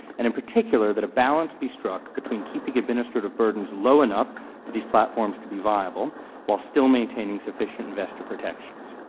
and in particular that a balance be struck between keeping administrative burdens low enough for these platforms to be viable while still maintaining sufficient investor protections.